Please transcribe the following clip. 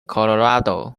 colorado